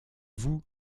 vous